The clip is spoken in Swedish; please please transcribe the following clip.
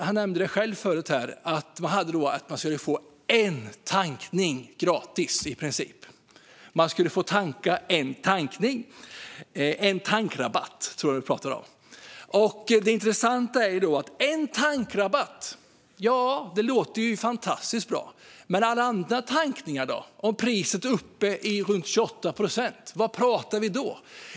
Han nämnde att man skulle få en tankning gratis, i princip - en tankrabatt, tror jag att han pratade om. En tankrabatt låter fantastiskt bra, men alla andra tankningar, då? Om priset är uppåt 28 kronor, vad pratar vi om då?